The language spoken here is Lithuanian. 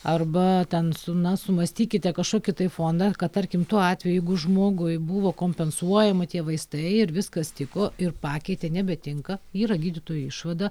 arba ten su na sumąstykite kažkokį tai fondą kad tarkim tuo atveju jeigu žmogui buvo kompensuojama tie vaistai ir viskas tiko ir pakeitė nebetinka yra gydytojų išvada